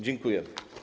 Dziękuję.